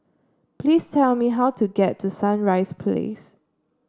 please tell me how to get to Sunrise Place